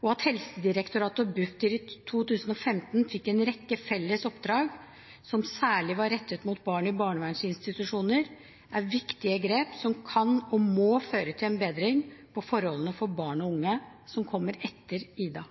og at Helsedirektoratet og Bufdir i 2015 fikk en rekke felles oppdrag som særlig var rettet mot barn i barnevernsinstitusjoner, er viktige grep som kan og må føre til en bedring av forholdene for barn og unge som